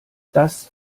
das